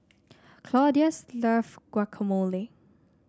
Claudius love Guacamole